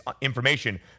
information